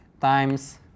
times